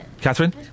Catherine